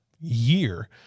year